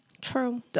True